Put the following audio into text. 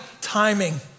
timing